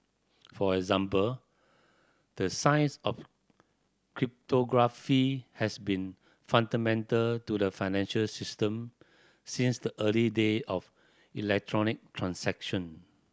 for example the science of cryptography has been fundamental to the financial system since the early day of electronic transaction